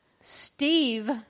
Steve